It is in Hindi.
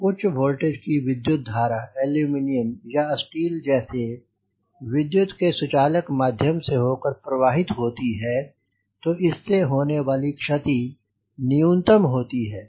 जब उच्च वोल्टेज की विद्युत धारा एल्युमीनियम या स्टील जैसे विद्युत् के सुचालक माध्यम से हो कर प्रवाहित होती है तो इस से होने वाली क्षति न्यूनतम होती है